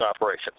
operations